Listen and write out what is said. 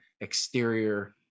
exterior